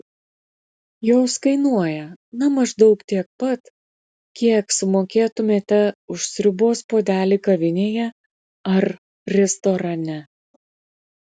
jos kainuoja na maždaug tiek pat kiek sumokėtumėte už sriubos puodelį kavinėje ar restorane